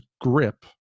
grip